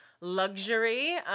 luxury